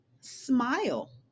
smile